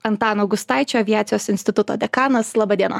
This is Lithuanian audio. antano gustaičio aviacijos instituto dekanas laba diena